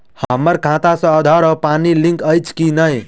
हम्मर खाता सऽ आधार आ पानि लिंक अछि की नहि?